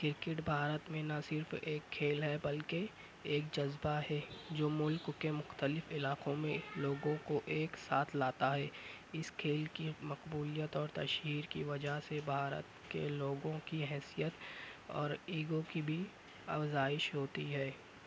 cricket Bharat میں نہ صرف ایک کھیل ہے بلکہ ایک جذبہ ہے جو ملک کے مختلف علاقوں میں لوگوں کو ایک ساتھ لاتا ہے اس کھیل کی مقبولیت اور تشہیر کی وجہ سے بھارت کے لوگوں کی حیثیت اور اگو کی بھی افزائش ہوتی ہے